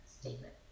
statement